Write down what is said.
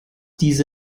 diese